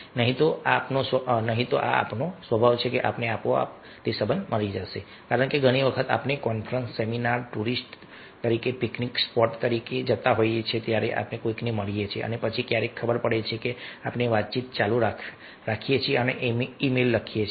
નહીં તો આ આપણો સ્વભાવ છે સંબંધ આપોઆપ મરી જશે કારણ કે ઘણી વખત આપણે કોન્ફરન્સ સેમિનાર ટૂરિસ્ટ તરીકે પિકનિક સ્પોટ માટે જતા હોઈએ છીએ આપણે કોઈકને મળીએ છીએ અને પછી ક્યારેક ખબર પડે છે કે આપણે વાતચીત ચાલુ રાખીએ છીએ અને મેઈલ લખીએ છીએ